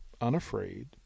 unafraid